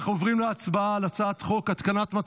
אנחנו עוברים להצבעה על הצעת חוק התקנת,